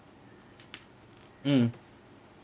mm